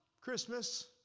Christmas